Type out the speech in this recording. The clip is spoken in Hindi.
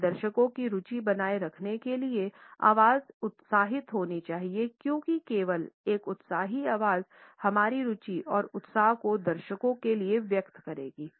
आगे दर्शकों की रुचि बनाए रखने के लिए आवाज़ उत्साही होनी चाहिए क्योंकि केवल एक उत्साही आवाज़ हमारी रुचि और उत्साह को दर्शकों के लिए व्यक्त करेगी